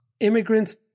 Immigrants